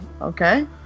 Okay